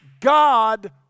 God